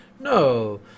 No